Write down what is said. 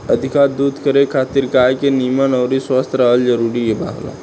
अधिका दूध करे खातिर गाय के निमन अउरी स्वस्थ रहल जरुरी होला